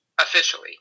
officially